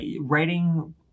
writing